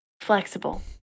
Flexible